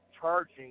charging